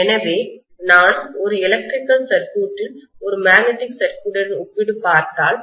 எனவே நான் ஒரு எலக்ட்ரிக்கல் சர்க்யூட் ஒரு மேக்னெட்டிக் சர்க்யூட் உடன் ஒப்பிட்டுப் பார்த்தால்